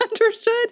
understood